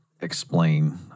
explain